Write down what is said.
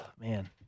man